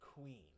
Queen